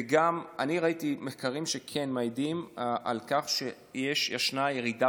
וגם ראיתי מקרים שכן מעידים על כך שיש ישנה ירידה